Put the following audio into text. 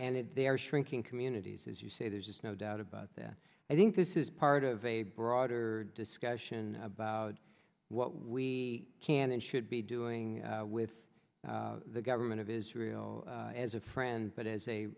and they are shrinking communities as you say there's just no doubt about that i think this is part of a broader discussion about what we can and should be doing with the government of israel as a friend but as a